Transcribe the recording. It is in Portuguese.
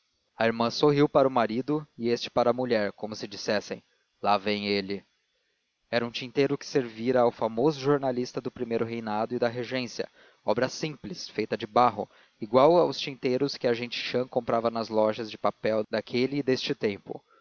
a irmã sorriu para o marido e este para a mulher como se dissessem lá vem ele era um tinteiro que servira ao famoso jornalista do primeiro reinado e da regência obra simples feita de barro igual aos tinteiros que a gente chã comprava nas lojas de papel daquele e deste tempo